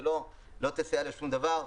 שלא תסייע לשום דבר.